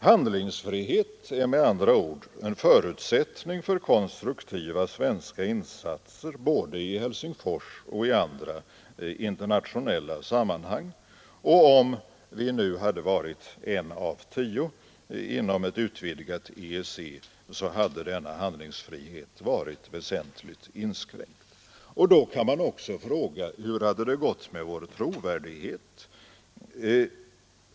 Handlingsfrihet är med andra ord en förutsättning för konstruktiva svenska insatser både i Helsingfors och i andra internationella sammanhang, och om vi nu hade varit en av tio inom ett utvidgat EEC, hade denna handlingsfrihet varit väsentligt inskränkt. Då kan man också fråga: Hur hade det gått med vår trovärdighet?